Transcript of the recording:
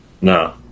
No